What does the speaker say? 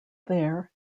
there